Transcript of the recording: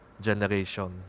generation